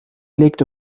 legte